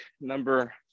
number